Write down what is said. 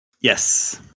Yes